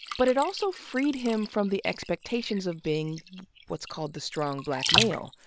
but it also freed him from the expectations of being what's called the strong black male.